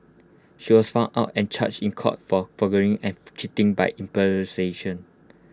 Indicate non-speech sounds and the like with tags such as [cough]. she was found out and charged in court for forgery and [hesitation] cheating by impersonation